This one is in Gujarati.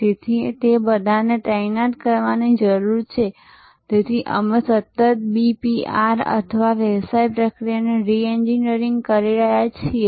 તેથી તે બધાને તૈનાત કરવાની જરૂર છે જેથી અમે સતત આ BPR અથવા વ્યવસાય પ્રક્રિયા રિએન્જિનિયરિંગ કરી રહ્યા છીએ